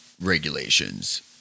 regulations